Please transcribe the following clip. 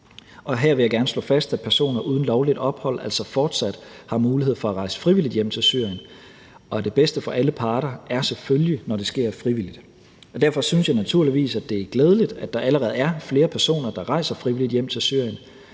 Og her vil jeg gerne slå fast, at personer uden lovligt ophold altså fortsat har mulighed for at rejse frivilligt hjem til Syrien, og at det bedste for alle parter selvfølgelig er, når det sker frivilligt, og derfor synes jeg naturligvis, at det er glædeligt, at der allerede er flere personer, der rejser frivilligt hjem til Syrien.